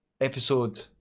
episode